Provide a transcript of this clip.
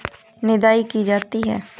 निदाई की जाती है?